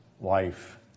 life